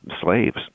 slaves